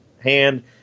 hand